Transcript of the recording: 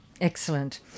excellent